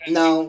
no